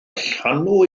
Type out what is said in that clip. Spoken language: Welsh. llanw